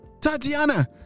Tatiana